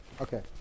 okay